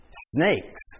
snakes